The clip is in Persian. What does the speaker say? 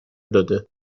داده